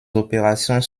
opérations